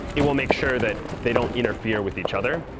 it will make sure that they don't interfere with each other.